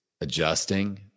adjusting